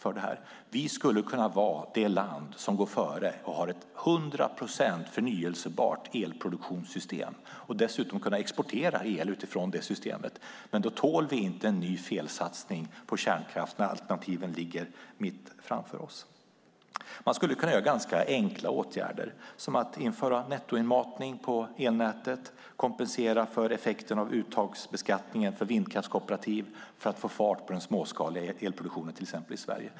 Sverige skulle kunna gå före och ha ett hundraprocentigt förnybart elproduktionssystem och dessutom exportera el utifrån systemet. Då tål vi inte en ny felsatsning på kärnkraft när alternativen ligger mitt framför oss. Det kan vidtas enkla åtgärder, till exempel att införa nettoinmatning på elnätet eller att kompensera för effekten av uttagsbeskattningen för vindkraftskooperativ för att få fart på den småskaliga elproduktionen i Sverige.